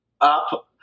up